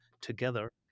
together